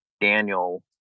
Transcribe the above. Daniel